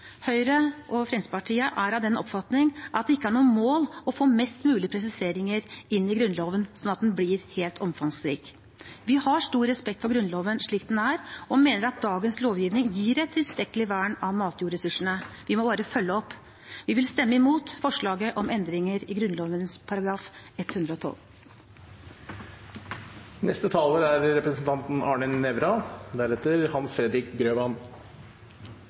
Høyre og Fremskrittspartiet er av den oppfatning at det ikke er noe mål å få mest mulig presiseringer inn i Grunnloven slik at den blir så omfangsrik. Vi har stor respekt for Grunnloven slik den er, og mener at dagens lovgivning gir et tilstrekkelig vern av matjordressursene, vi må bare følge opp. Vi vil stemme imot forslaget om endringer i Grunnloven § 112.